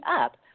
up